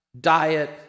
diet